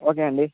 okay అండి